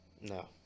No